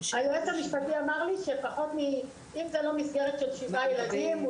היועץ המשפטי אמר לי שאם זו לא מסגרת של שבעה ילדים,